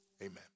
amen